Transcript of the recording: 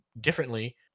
differently